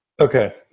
Okay